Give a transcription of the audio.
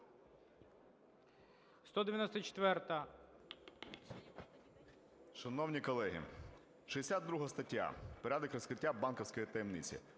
Шановні колеги, 62 стаття "Порядок розкриття банківської таємниці".